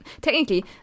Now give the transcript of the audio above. Technically